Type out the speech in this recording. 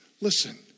Listen